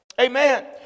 Amen